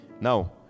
Now